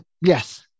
Yes